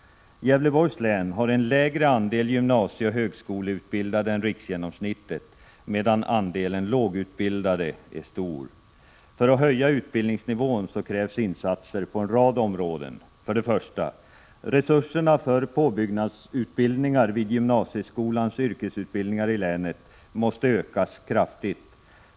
Gävleborgs län har en lägre andel gymnasieoch högskoleutbildade än riksgenomsnittet, medan andelen lågutbildade är stor. För att höja utbildningsnivån krävs insatser på en rad områden. För det första: Resurserna för påbyggnadsutbildningar vid gymnasieskolans yrkesutbildningar i länet måste ökas kraftigt.